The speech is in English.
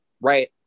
right